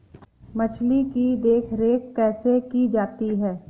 मछली की देखरेख कैसे की जाती है?